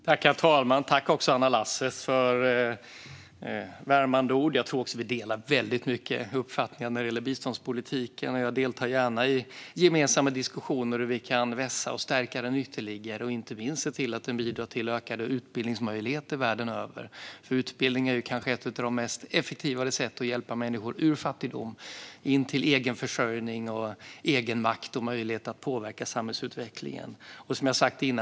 Herr talman! Jag tackar Anna Lasses för värmande ord. Jag tror också att vi delar uppfattning om biståndspolitiken. Jag deltar gärna i gemensamma diskussioner om hur vi kan vässa och stärka den ytterligare, inte minst se till att den bidrar till ökade utbildningsmöjligheter världen över. Utbildning är kanske det mest effektiva sättet att hjälpa människor ur fattigdom till egen försörjning, egen makt och möjlighet att påverka samhällsutvecklingen.